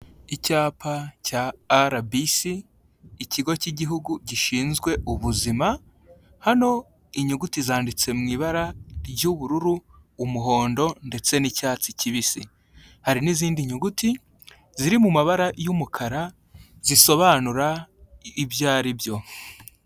Icyapa cya RBC, ikigo cy'igihugu gishinzwe ubuzima, hano inyuguti zanditse mu ibara ry'ubururu, umuhondo ndetse n'icyatsi kibisi. Hari n'izindi nyuguti ziri mu mabara y'umukara zisobanura ibyo ari byo.